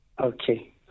Okay